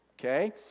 okay